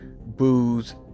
booze